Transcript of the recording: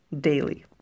daily